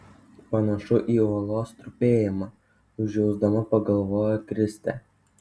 panašu į uolos trupėjimą užjausdama pagalvojo kristė